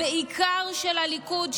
בעיקר של הליכוד,